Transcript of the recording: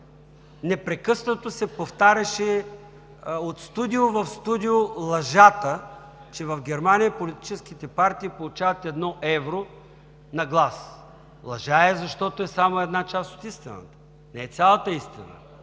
Непрекъснато се повтаряше от студио в студио лъжата, че в Германия политическите партии получават едно евро на глас. Лъжа е, защото е само една част от истината, не е цялата истина.